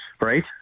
right